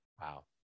wow